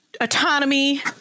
autonomy